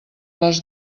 les